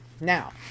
Now